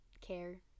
care